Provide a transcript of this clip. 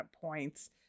points